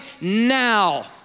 now